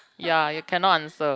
ya you cannot answer